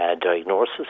diagnosis